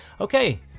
Okay